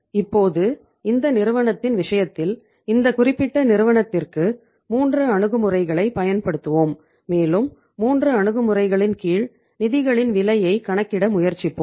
இப்போது இந்த நிறுவனத்தின் விஷயத்தில் இந்த குறிப்பிட்ட நிறுவனத்திற்கு 3 அணுகுமுறைகளைப் பயன்படுத்துவோம் மேலும் 3 அணுகுமுறைகளின் கீழ் நிதிகளின் விலையை கணக்கிட முயற்சிப்போம்